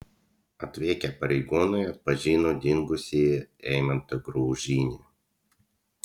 atvykę pareigūnai atpažino dingusįjį eimantą graužinį